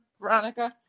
Veronica